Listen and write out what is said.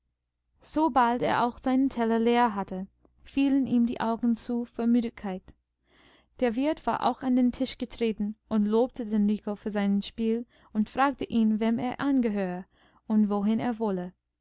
sobald er auch seinen teller leer hatte fielen ihm die augen zu vor müdigkeit der wirt war auch an den tisch getreten und lobte den rico für sein spiel und fragte ihn wem er angehöre und wohin er wolle